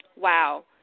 Wow